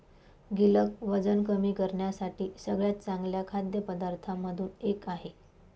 गिलक वजन कमी करण्यासाठी सगळ्यात चांगल्या खाद्य पदार्थांमधून एक आहे